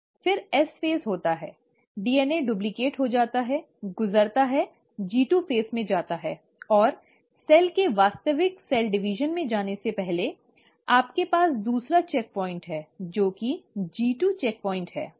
फिर एस चरण होता है डीएनए डुप्लिकेट हो जाता है गुजरता है जी 2 चरण में जाता है और सेल के वास्तविक सेल डिवीजन में जाने से पहले आपके पास दूसरा चेक प्वाइंट है जो कि G2 चेक प्वाइंट है